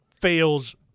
fails